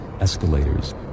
escalators